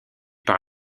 par